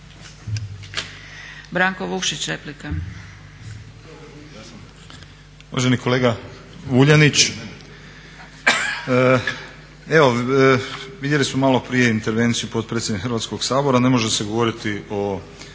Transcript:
Branko (Nezavisni)** Uvaženi kolega Vuljanić, evo vidjeli smo maloprije intervenciju potpredsjednice Hrvatskog sabora, ne može se govoriti o